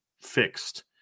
fixed